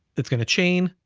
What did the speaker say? it's gonna chain,